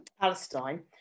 Palestine